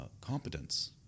competence